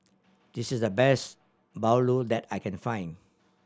this is the best bahulu that I can find